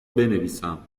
بنویسم